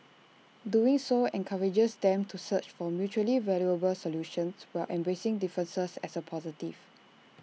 doing so encourages them to search for mutually valuable solutions while embracing differences as A positive